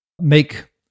make